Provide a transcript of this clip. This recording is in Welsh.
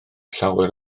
llawer